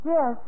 Yes